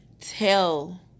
tell